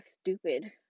stupid